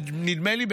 נדמה לי,